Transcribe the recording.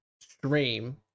stream